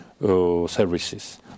services